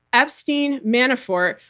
epstein, manafort,